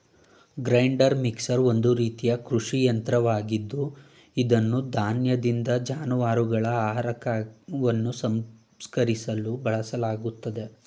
grinder mixer ಒಂದು ರೀತಿಯ ಕೃಷಿ ಯಂತ್ರವಾಗಿದ್ದು ಇದನ್ನು ಧಾನ್ಯದಿಂದ ಜಾನುವಾರುಗಳ ಆಹಾರವನ್ನು ಸಂಸ್ಕರಿಸಲು ಬಳಸಲಾಗ್ತದೆ